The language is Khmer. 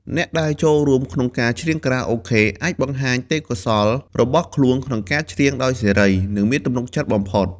អ្នកដែលចូលរួមក្នុងការច្រៀងខារ៉ាអូខេអាចបង្ហាញពីទេពកោសល្យរបស់ខ្លួនក្នុងការច្រៀងដោយសេរី និងមានទំនុកចិត្តបំផុត។